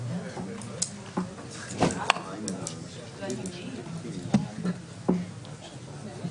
אנו חייבים לנסות אותו.